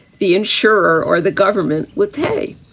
the insurer or the government would pay.